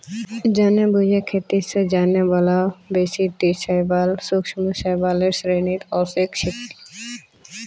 जानेबुझे खेती स जाने बाला बेसी टी शैवाल सूक्ष्म शैवालेर श्रेणीत ओसेक छेक